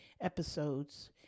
episodes